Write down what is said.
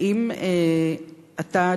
האם אתה,